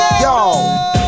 Yo